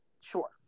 Sure